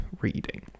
reading